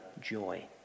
joy